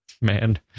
Man